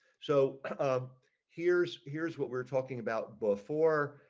so here's here's what we're talking about before.